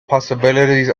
possibilities